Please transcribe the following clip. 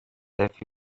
هدفی